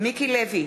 מיקי לוי,